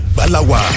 Balawa